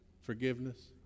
Forgiveness